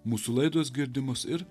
mūsų laidos girdimos ir